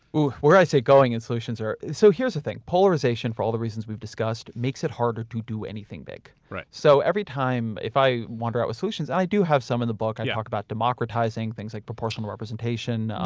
ooh. where i see it going and solutions are. so, here's the thing. polarization for all the reasons we've discussed, makes it harder to do anything big. right. so, every time if i wander out with solutions, and i do have some in the book, i talk about democratizing things like proportional representation,